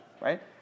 right